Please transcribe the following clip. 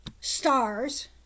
Stars